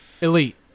Elite